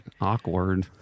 awkward